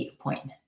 appointment